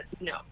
no